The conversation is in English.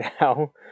now